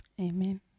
Amen